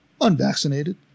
Unvaccinated